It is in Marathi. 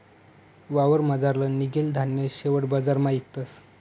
वावरमझारलं निंघेल धान्य शेवट बजारमा इकतस